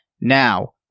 Now